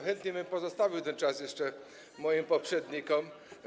Chętnie bym pozostawił ten czas jeszcze moim poprzednikom.